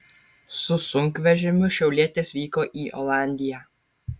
su sunkvežimiu šiaulietis vyko į olandiją